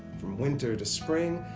from winter to spring,